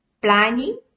planning